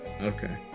Okay